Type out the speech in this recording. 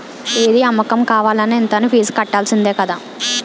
ఏది అమ్మకం కావాలన్న ఇంత అనీ ఫీజు కట్టాల్సిందే కదా